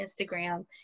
Instagram